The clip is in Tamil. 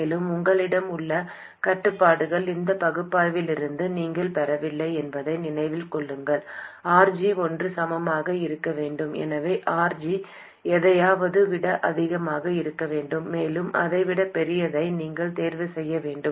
மேலும் உங்களிடம் உள்ள கட்டுப்பாடுகள் இந்த பகுப்பாய்விலிருந்து நீங்கள் பெறவில்லை என்பதை நினைவில் கொள்ளுங்கள் RG ஒன்றுக்கு சமமாக இருக்க வேண்டும் எனவே RG எதையாவது விட அதிகமாக இருக்க வேண்டும் மேலும் அதை விட பெரியதை நீங்கள் தேர்வு செய்ய வேண்டும்